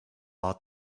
out